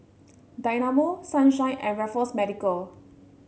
Dynamo Sunshine and Raffles Medical